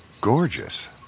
Gorgeous